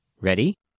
Ready